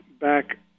back